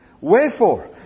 Wherefore